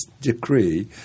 decree